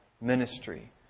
ministry